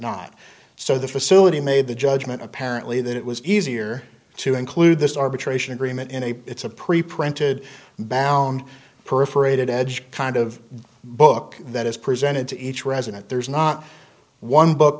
not so the facility made the judgment apparently that it was easier to include this arbitration agreement in a it's a preprinted balland perforated edge kind of book that is presented to each resident there's not one book